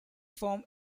form